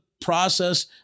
process